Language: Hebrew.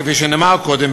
כפי שנאמר קודם,